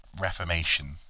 reformation